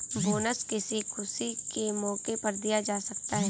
bonus किसी खुशी के मौके पर दिया जा सकता है